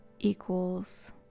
equals